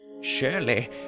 Surely